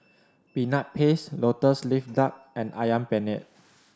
Peanut Paste Lotus Leaf Duck and Ayam Penyet